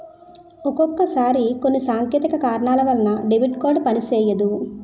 ఒక్కొక్కసారి కొన్ని సాంకేతిక కారణాల వలన డెబిట్ కార్డు పనిసెయ్యదు